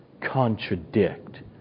contradict